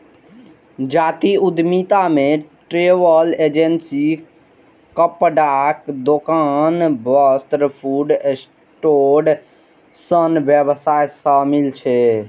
जातीय उद्यमिता मे ट्रैवल एजेंसी, कपड़ाक दोकान, फास्ट फूड स्टैंड सन व्यवसाय शामिल छै